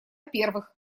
первых